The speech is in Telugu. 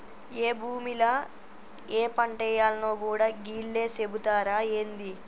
ఏ భూమిల ఏ పంటేయాల్నో గూడా గీళ్లే సెబుతరా ఏంది?